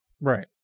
Right